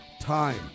time